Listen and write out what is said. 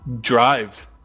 drive